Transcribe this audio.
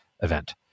event